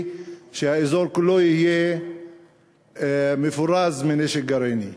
שהאזור כולו יהיה מפורז מנשק גרעיני.